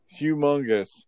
humongous